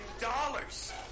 dollars